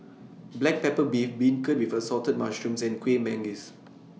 Black Pepper Beef Beancurd with Assorted Mushrooms and Kueh Manggis